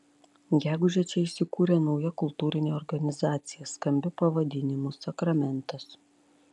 gegužę čia įsikūrė nauja kultūrinė organizacija skambiu pavadinimu sakramentas